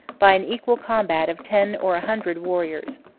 by an equal combat of ten or a hundred warriors.